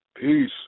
Peace